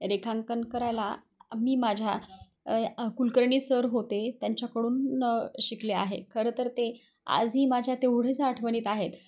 रेखांकन करायला मी माझ्या कुलकर्णी सर होते त्यांच्याकडून शिकले आहे खरं तर ते आजही माझ्या तेवढेच आठवणीत आहेत